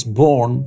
born